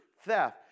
theft